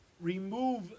remove